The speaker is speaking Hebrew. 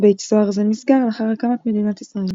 בית סוהר זה נסגר לאחר הקמת מדינת ישראל.